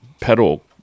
pedal